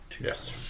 Yes